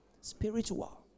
Spiritual